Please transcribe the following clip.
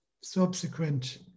subsequent